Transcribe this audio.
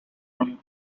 own